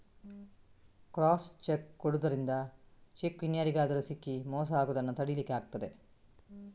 crossed cheque ಕೊಡುದರಿಂದ cheque ಇನ್ಯಾರಿಗಾದ್ರೂ ಸಿಕ್ಕಿ ಮೋಸ ಆಗುದನ್ನ ತಡೀಲಿಕ್ಕೆ ಆಗ್ತದೆ